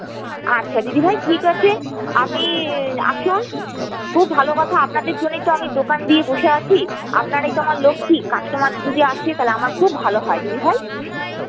আচ্ছা দিদিভাই ঠিক আছে আপনি আসুন খুব ভালো কথা আপনাদের জন্যেই তো আমি দোকান দিয়ে বসে আছি আপনারাই তো আমার লক্ষ্মী কাস্টমার যদি আসে তাহলে আমার খুব ভালো হয় দিদিভাই